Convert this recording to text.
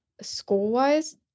school-wise